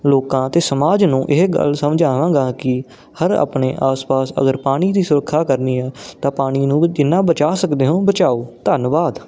ਲੋਕਾਂ ਅਤੇ ਸਮਾਜ ਨੂੰ ਇਹ ਗੱਲ ਸਮਝਾਵਾਂਗਾ ਕਿ ਹਰ ਆਪਣੇ ਆਸ ਪਾਸ ਅਗਰ ਪਾਣੀ ਦੀ ਸੁਰੱਖਿਆ ਕਰਨੀ ਹੈ ਤਾਂ ਪਾਣੀ ਨੂੰ ਜਿੰਨਾਂ ਬਚਾ ਸਕਦੇ ਹੋਂ ਬਚਾਓ ਧੰਨਵਾਦ